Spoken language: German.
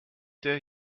der